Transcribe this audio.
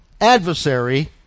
adversary